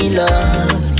love